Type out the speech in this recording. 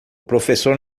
professor